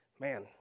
man